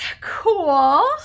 cool